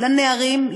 לנערים,